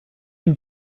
you